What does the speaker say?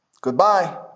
goodbye